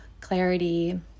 clarity